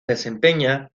desempeña